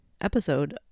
episode